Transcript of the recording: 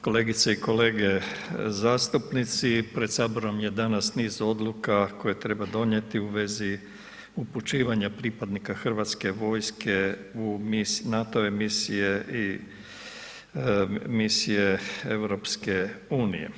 Kolegice i kolege zastupnici pred saborom je danas niz odluka koje treba donijeti u vezi upućivanja pripadnika Hrvatske vojske u NATO-ve misije i misije EU.